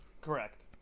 Correct